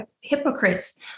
hypocrites